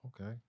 Okay